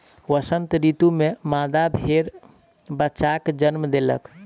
वसंत ऋतू में मादा भेड़ बच्चाक जन्म देलक